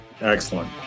Excellent